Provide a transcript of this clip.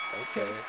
Okay